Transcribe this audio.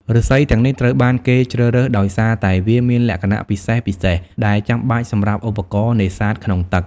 ឫស្សីទាំងនេះត្រូវបានគេជ្រើសរើសដោយសារតែវាមានលក្ខណៈពិសេសៗដែលចាំបាច់សម្រាប់ឧបករណ៍នេសាទក្នុងទឹក។